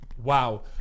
Wow